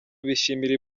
bishimira